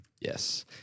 Yes